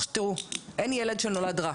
תראו, אין ילד שנולד רע.